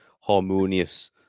harmonious